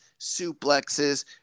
suplexes